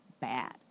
bad